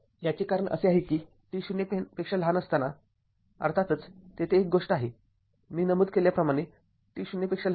याचे कारण असे आहे की हे t 0 आहे अर्थातच तेथे एक गोष्ट आहे मी नमूद केल्याप्रमाणे t 0 आहे